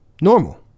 normal